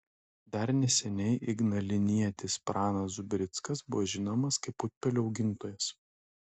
dar neseniai ignalinietis pranas zubrickas buvo žinomas kaip putpelių augintojas